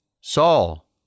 Saul